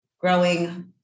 growing